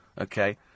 Okay